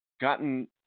gotten